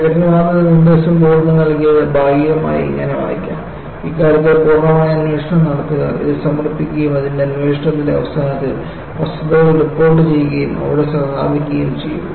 സെക്രട്ടറിമാരുടെ നിർദ്ദേശം ബോർഡിന് നൽകിയത് ഭാഗികമായി ഇങ്ങനെ വായിക്കാം ഇക്കാര്യത്തിൽ പൂർണ്ണമായ അന്വേഷണം നടത്തുക ഇത് സമർപ്പിക്കുകയും അതിന്റെ അന്വേഷണത്തിന്റെ അവസാനത്തിൽ വസ്തുതകൾ റിപ്പോർട്ട് ചെയ്യുകയും അവിടെ സ്ഥാപിക്കുകയും ചെയ്യും